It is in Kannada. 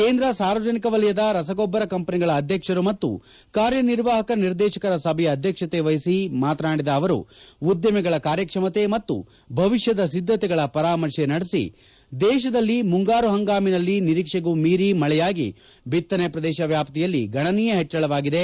ಕೇಂದ್ರ ಸಾರ್ವಜನಿಕ ವಲಯದ ರಸಗೊಬ್ಬರ ಕಂಪನಿಗಳ ಅಧ್ಯಕ್ಷರು ಮತ್ತು ಕಾರ್ಯ ನಿರ್ವಾಹಕ ನಿರ್ದೇಶಕರ ಸಭೆಯ ಅಧ್ಯಕ್ಷತೆ ವಹಿಸಿ ಉದ್ದಿಮೆಗಳ ಕಾರ್ಯಕ್ಷಮತೆ ಮತ್ತು ಭವಿಷ್ಣದ ಸಿದ್ದತೆಗಳ ಪರಾಮರ್ತೆ ನಡೆಸಿ ಮಾತನಾಡಿದ ಅವರು ದೇಶದಲ್ಲಿ ಮುಂಗಾರು ಹಂಗಾಮಿನಲ್ಲಿ ನಿರೀಕ್ಷೆಗೂ ಮೀರಿ ಮಳೆಯಾಗಿ ಬಿತ್ತನೆ ಪ್ರದೇಶ ವ್ಯಾಪ್ತಿಯಲ್ಲಿ ಗಣನೀಯ ಹೆಚ್ಚಳವಾಗಿದೆ